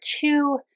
two